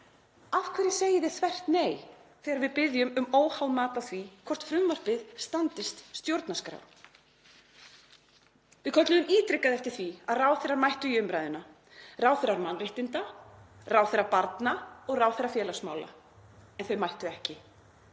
Af hverju segið þið þvert nei þegar við biðjum um óháð mat á því hvort frumvarpið standist stjórnarskrá? Við kölluðum ítrekað eftir því að ráðherrar mættu í umræðuna, ráðherra mannréttinda, ráðherra barna og ráðherra félagsmála, en þau mættu ekki.